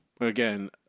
Again